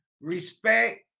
respect